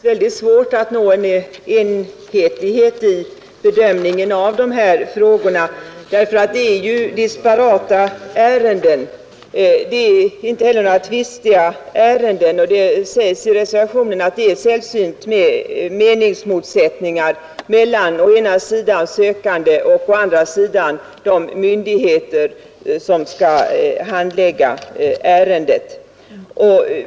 Herr talman! Jag vill bara säga att det naturligtvis är väldigt svårt att nå enhetlighet i bedömningen av dessa frågor eftersom det är disparata ärenden. Det är inte några tvistiga ärenden, och det sägs i reservationen att det är sällsynt med meningsmotsättningar mellan å ena sidan sökande och å andra sidan de myndigheter som skall handlägga ärendet.